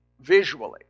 visually